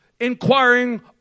Inquiring